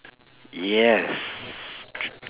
yes